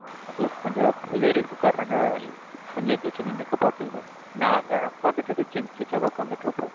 அவங்களுக்கு கொஞ்சம் லேடிஸ் உட்காராங்க வேறு வழி கொஞ்சம் எழுந்திருச்சு நின்றுக்கப்பா அப்படின்பான் நாங்கள் உட்காந்துட்ருக்க ஜென்ஸ் சீட்டில் தான் உட்காந்துட்ருப்போம்